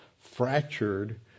fractured